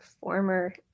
Former